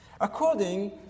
according